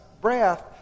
breath